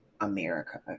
America